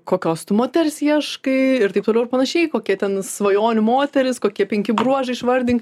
kokios tu moters ieškai ir taip toliau ir panašiai kokia ten svajonių moteris kokie penki bruožai išvardink